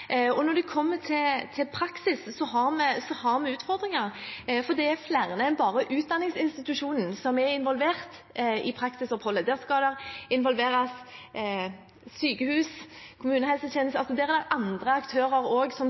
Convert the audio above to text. Og når det gjelder praksis, har vi utfordringer, for det er flere enn bare utdanningsinstitusjonen som er involvert i praksisoppholdet. Der skal det involveres andre aktører som sykehus og kommunehelsetjeneste, og det